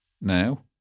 now